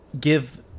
give